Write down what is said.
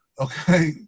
okay